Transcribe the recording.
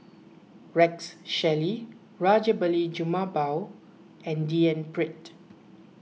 Rex Shelley Rajabali Jumabhoy and D N Pritt